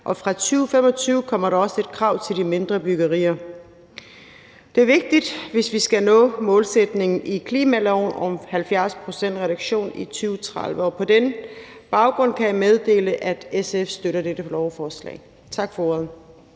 og fra 2025 kommer der også et krav til de mindre byggerier. Det er vigtigt, hvis vi skal nå målsætningen i klimaloven om 70 pct.s reduktion i 2030. På den baggrund kan jeg meddele, at SF støtter dette lovforslag. Tak for ordet.